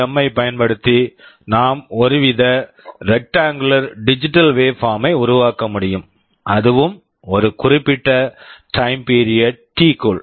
M PWM ஐப் பயன்படுத்தி நாம் ஒருவித rectangular digital waveform rectangular digital waveform ஐ உருவாக்க முடியும் அதுவும் ஒரு குறிப்பிட்ட time period time period T T க்குள்